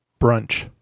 Brunch